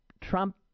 Trump